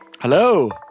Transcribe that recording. Hello